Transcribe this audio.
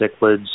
cichlids